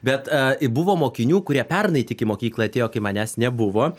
bet a buvo mokinių kurie pernai tik į mokyklą atėjo kai manęs nebuvo